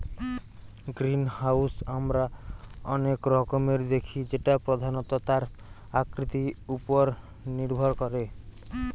greenhouse আমরা অনেক রকমের দেখি যেটা প্রধানত তার আকৃতি উপর নির্ভর করে